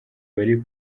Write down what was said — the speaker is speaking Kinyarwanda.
bari